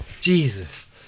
Jesus